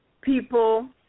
people